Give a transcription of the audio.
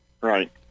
Right